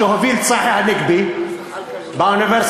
שהוביל צחי הנגבי באוניברסיטה,